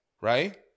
right